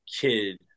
kid